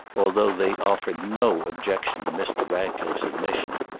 although they offered no objection to mr. ratcliffe's admission.